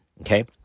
Okay